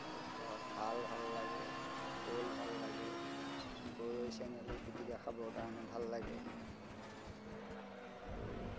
তাৰ পিছত শাল ভাল লাগে শ'ল ভাল লাগে গৰৈ চেঙেলী পিটিকা খাবৰ কাৰণে ভাল লাগে আৰু